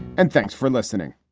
and thanks for listening